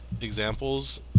examples